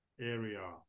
area